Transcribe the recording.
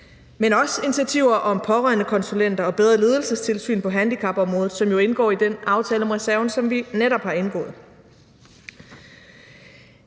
Men også initiativer om pårørendekonsulenter og bedre ledelsestilsyn på handicapområdet, som jo indgår i den aftale om reserven, som vi netop har indgået.